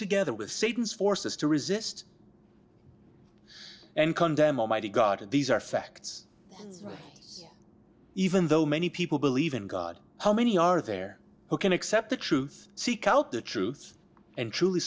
together with satan's forces to resist and condemn almighty god these are facts even though many people believe in god how many are there who can accept the truth seek out the truth and truly